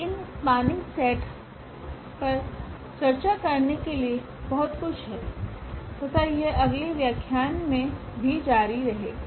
तो इन spanning set पर चर्चा करने के लिए बहुत कुछ है तथा यह अगले व्याख्यान मे भी जारी रहेगा